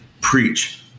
preach